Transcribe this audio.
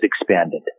expanded